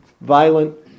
violent